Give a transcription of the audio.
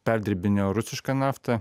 perdirbinėjo rusišką naftą